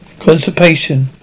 constipation